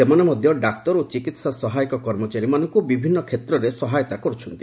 ସେମାନେ ମଧ୍ୟ ଡାକ୍ତର ଓ ଚିକିତ୍ସା ସହାୟକ କର୍ମଚାରୀମାନଙ୍କୁ ବିଭିନ୍ନ କ୍ଷେତ୍ରରେ ସହାୟତା କରୁଛନ୍ତି